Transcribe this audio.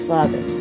Father